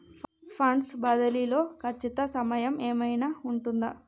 Funds బదిలీ లో ఖచ్చిత సమయం ఏమైనా ఉంటుందా?